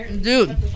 Dude